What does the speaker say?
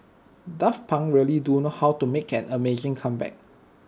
daft Punk really do know how to make an amazing comeback